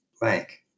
blank